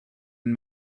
and